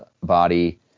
body